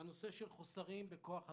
יש חוסרים בכוח אדם.